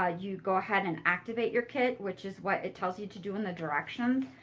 ah you go ahead and activate your kit, which is what it tells you to do in the directions.